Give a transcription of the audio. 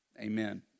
Amen